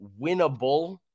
winnable